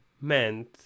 meant